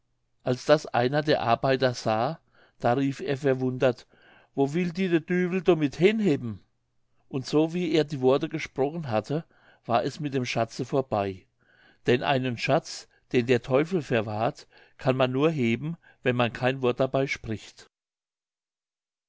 als das einer der arbeiter sah da rief er verwundert wo will di de düvel domit hen hebben und so wie er die worte gesprochen hatte war es mit dem schatze vorbei denn einen schatz den der teufel verwahrt kann man nur heben wenn man kein wort dabei spricht